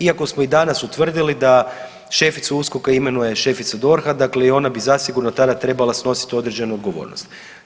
Iako smo i danas utvrdili da šeficu USKOK-a imenuje šefica DORH-a i ona bi zasigurno tada trebala snositi određenu odgovornost.